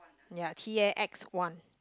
ya T A X one